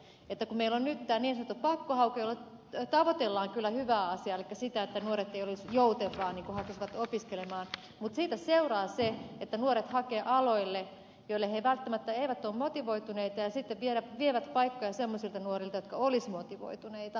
meillä on nyt tämä niin sanottu pakkohaku jolla tavoitellaan kyllä hyvää asiaa elikkä sitä että nuoret eivät olisi jouten vaan hakisivat opiskelemaan mutta siitä seuraa se että nuoret hakevat aloille joille he välttämättä eivät ole motivoituneita ja sitten vievät paikkoja semmoisilta nuorilta jotka olisivat motivoituneita